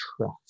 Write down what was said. trust